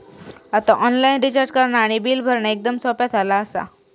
आता online recharge करणा आणि बिल भरणा एकदम सोप्या झाला आसा